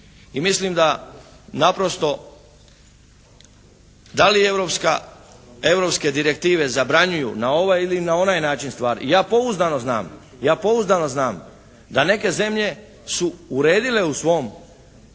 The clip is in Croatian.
mislim da naprosto da li europske direktive zabranjuju na ovaj ili na ovaj način stvar, ja pouzdano znam, ja pouzdano znam da neke zemlje su uredile u svom